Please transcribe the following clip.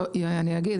אני אגיד,